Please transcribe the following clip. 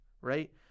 right